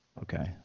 Okay